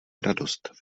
radost